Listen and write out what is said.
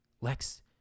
Lex